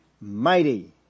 mighty